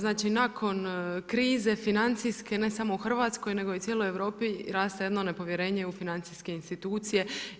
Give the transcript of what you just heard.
Znači nakon krize financijske, ne samo u Hrvatskoj nego i cijeloj Europi raste jedno nepovjerenje u financijske institucije.